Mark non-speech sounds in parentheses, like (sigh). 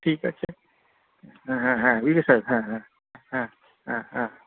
ঠিক আছে হ্যাঁ হ্যাঁ (unintelligible) হ্যাঁ হ্যাঁ হ্যাঁ হ্যাঁ হ্যাঁ